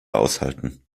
aushalten